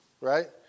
right